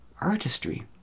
Artistry